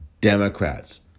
Democrats